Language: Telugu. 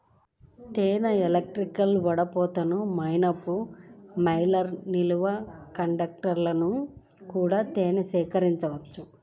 తేనె ఎక్స్ట్రాక్టర్, వడపోత, మైనపు మెల్టర్, నిల్వ కంటైనర్లు కూడా తేనెను సేకరించడానికి అవసరం